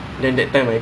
!oof!